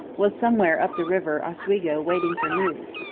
was somewhere up the river oswego waiting for news.